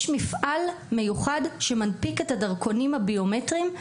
יש מפעל מיוחד שמנפיק את הדרכונים הביומטריים,